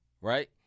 Right